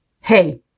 Hey